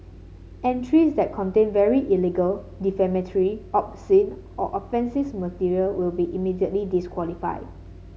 entries that contain very illegal defamatory obscene or offences material will be immediately disqualified